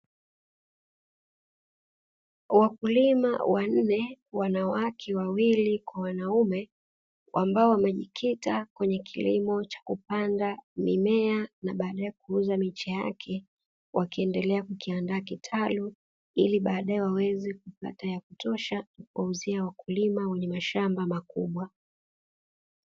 Wakulima wanne, wanawake wawili kwa wanaume, ambao wamejikita kwenye kilimo cha kupanda mimea na baadae kuuza miche yake, wakiendelea kukiandaa kitalu, ili baadae waweze kupata ya kutosha kwa kuwauzia wakulima wenye mashamba makubwa.